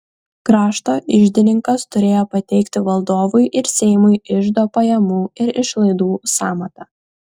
krašto iždininkas turėjo pateikti valdovui ir seimui iždo pajamų ir išlaidų sąmatą